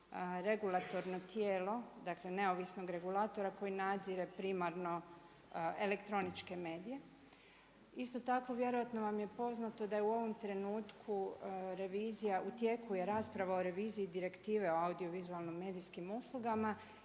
regulatorno tijelo, dakle neovisnog regulatora koji nadzire primarno elektroničke medije. Isto tako vjerojatno vam je poznato da je u ovom trenutku revizija, u tijeku je rasprava o reviziji Direktive o audiovizualno medijskim uslugama